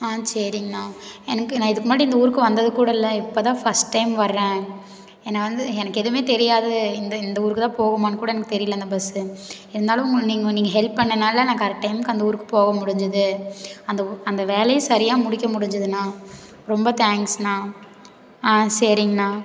ஆ சரிங்ண்ணா எனக்கு நான் இதுக்கு முன்னாடி இந்த ஊருக்கு வந்தது கூட இல்லை இப்போ தான் ஃபஸ்ட் டைம் வரேன் என்னை வந்து எனக்கு எதுவுமே தெரியாது இந்த இந்த ஊருக்கு தான் போகுமான்னு கூட எனக்கு தெரியல இந்த பஸ் இருந்தாலும் உங்கள் நீங்கள் நீங்கள் ஹெல்ப் பண்ணதால நான் கரெக்ட் டைமுக்கு அந்த ஊருக்கு போக முடிஞ்சது அந்த ஊ ஊர் அந்த வேலையும் சரியாக முடிக்க முடிஞ்சதுண்ணா ரொம்ப தேங்க்ஸ்கண்ணா ஆ சரிங்ண்ணா